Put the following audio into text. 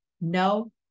No